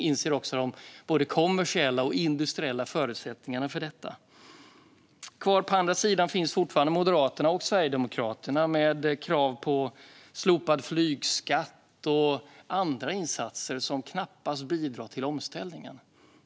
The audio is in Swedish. Man inser också både de kommersiella och de industriella förutsättningarna för detta. Kvar på andra sidan finns fortfarande Moderaterna och Sverigedemokraterna med krav på slopad flygskatt och andra insatser som knappast bidrar till omställningen.